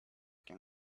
can